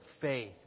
faith